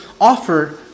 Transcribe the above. offer